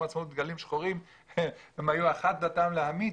העצמאות עם דגלים שחורים והייתה אחת דתם להמית.